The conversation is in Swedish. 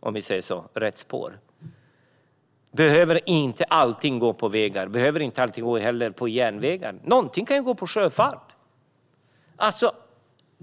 Alla transporter behöver inte gå på vägar eller järnvägar. En del transporter kan gå via sjöfarten.